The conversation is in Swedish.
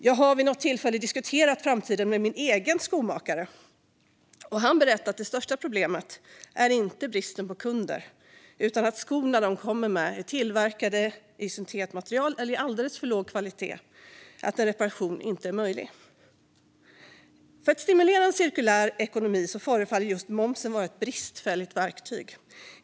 Jag har vid något tillfälle diskuterat framtiden med min egen skomakare, och han berättade att det största problemet inte är bristen på kunder utan att skorna de kommer med är tillverkade i syntetmaterial eller i alldeles för låg kvalitet för att en reparation ska vara möjlig. För att stimulera en cirkulär ekonomi förefaller just momsen vara ett bristfälligt verktyg.